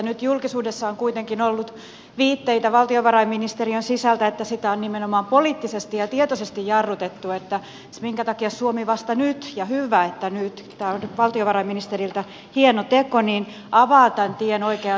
nyt julkisuudessa on kuitenkin ollut viitteitä valtiovarainministeriön sisältä että sitä on nimenomaan poliittisesti ja tietoisesti jarrutettu minkä takia suomi vasta nyt ja hyvä että nyt tämä on valtiovarainministeriltä hieno teko avaa tämän tien oikeaan suuntaan